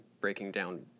breaking-down